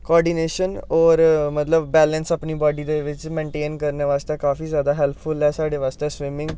coordination होर मतलब balance अपनी बाडी दे बिच्च मेनटेन करनै बास्तै काफी ज्यादा हैल्पफुल ऐ साढ़े बास्तै स्विमिंग